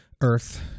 earth